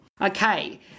Okay